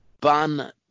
ban